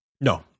No